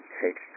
take